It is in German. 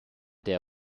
der